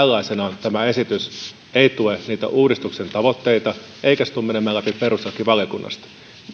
tällaisenaan tämä esitys ei tue niitä uudistuksen tavoitteita eikä se tule menemään läpi perustuslakivaliokunnasta